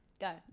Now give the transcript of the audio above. Go